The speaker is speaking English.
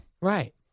Right